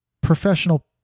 professional